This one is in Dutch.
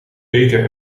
beter